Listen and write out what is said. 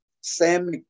Sam